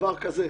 לדבר כזה,